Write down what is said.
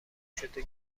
شده